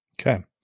Okay